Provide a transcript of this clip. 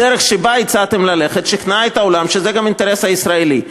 הדרך שבה הצעתם ללכת שכנעה את העולם שזה גם האינטרס הישראלי.